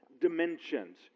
dimensions